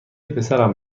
پسرم